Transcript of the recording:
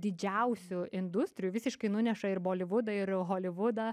didžiausių industrijų visiškai nuneša ir bolivudą ir holivudą